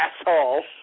asshole